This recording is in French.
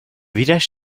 village